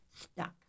Stuck